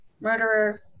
murderer